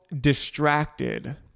distracted